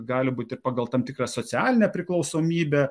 gali būti ir pagal tam tikrą socialinę priklausomybę